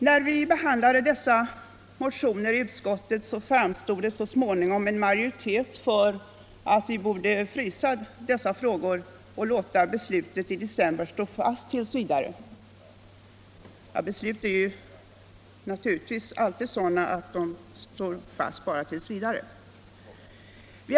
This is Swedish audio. När vi behandlade årets motioner i utskottet framstod det så småningom en majoritet för att vi borde frysa dessa frågor och låta decemberbeslutet stå fast t. v.; beslut är naturligtvis alltid sådana att de står fast bara t. v.